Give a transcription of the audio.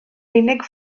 unig